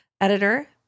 editor